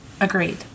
Agreed